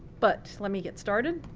but let me get started,